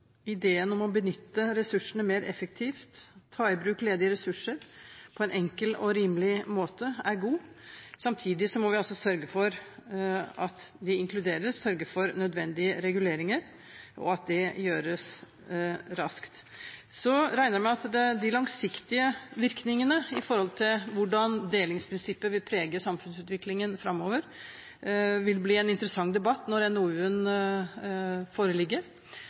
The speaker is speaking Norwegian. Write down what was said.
Ideen om å benytte ressursene mer effektivt og ta i bruk ledige ressurser på en enkel og rimelig måte er god. Samtidig må vi sørge for at de inkluderes, sørge for nødvendige reguleringer, og at det gjøres raskt. Jeg regner med at de langsiktige virkningene i forhold til hvordan delingsprinsippet vil prege samfunnsutviklingen framover, vil bli en interessant debatt når NOU-en foreligger.